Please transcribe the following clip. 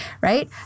right